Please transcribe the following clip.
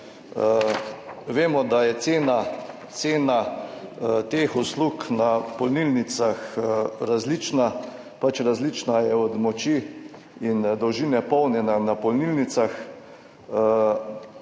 Vemo, da je cena teh uslug na polnilnicah različna, različna je od moči in dolžine polnjenja na polnilnicah.